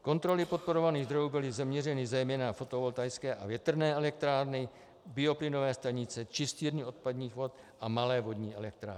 Kontroly podporovaných zdrojů byly zaměřeny zejména na fotovoltaické a větrné elektrárny, bioplynové stanice, čistírny odpadních vod a malé vodní elektrárny.